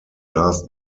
last